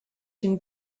une